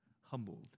humbled